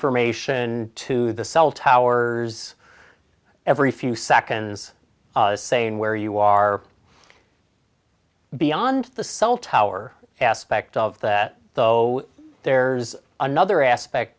information to the cell towers every few seconds saying where you are beyond the cell tower aspect of that though there's another aspect